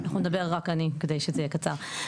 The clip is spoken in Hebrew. אני אדבר רק אני כדי שזה יהיה קצר.